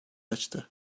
açtı